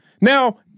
Now